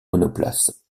monoplace